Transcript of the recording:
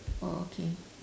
oh okay